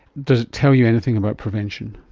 does it tell you anything about prevention?